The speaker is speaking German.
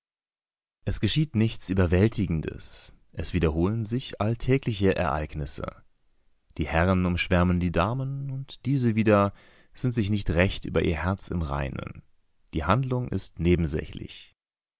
es geschieht nicht überwältigendes es wiederholen sich alltägliche ereignisse die herren umschwärmen die damen und diese wieder sind sich nicht recht über ihr herz im reinen die handlung ist nebensächlich